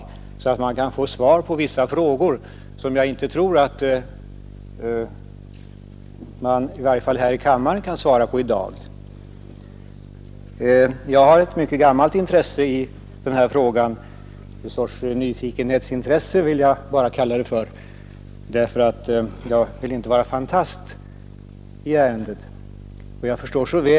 Det är önskvärt att man därigenom kan få svar på vissa frågor som jag inte tror att man — i varje fall här i kammaren — kan svara på i dag. Jag har ett mycket gammalt intresse för den här frågan — en sorts nyfikenhetsintresse vill jag bara kalla det för, eftersom jag inte vill vara fantast i ärendet.